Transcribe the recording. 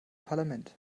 parlament